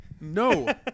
No